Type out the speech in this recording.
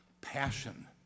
passion